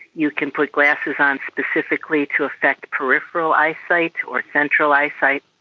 you can put glasses on specifically to affect peripheral eyesight or central eyesight,